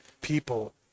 people